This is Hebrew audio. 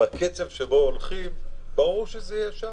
בקצב שבו הולכים ברור שזה יהיה שם,